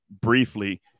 briefly